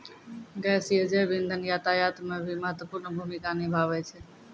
गैसीय जैव इंधन यातायात म भी महत्वपूर्ण भूमिका निभावै छै